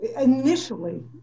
initially